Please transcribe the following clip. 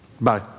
Bye